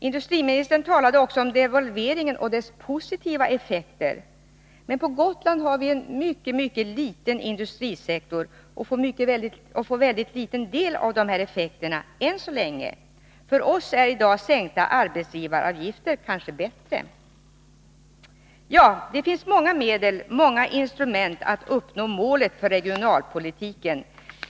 Industriministern talade också om devalveringen och dess positiva effekter. Men på Gotland har vi en mycket liten industrisektor och får alltså väldigt liten del av dessa effekter än så länge. För oss är sänkta arbetsgivaravgifter i dag kanske bättre. Det finns många medel, många instrument, för att uppnå målet för regionalpolitiken.